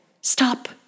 Stop